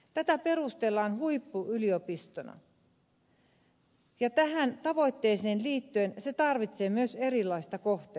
tätä perustellaan huippuyliopistona ja tähän tavoitteeseen liittyen se tarvitsee myös erilaista kohtelua